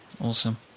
awesome